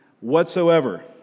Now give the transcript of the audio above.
whatsoever